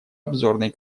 обзорной